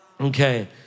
Okay